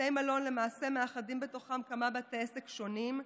בתי מלון למעשה מאחדים בתוכם כמה בתי עסק שונים,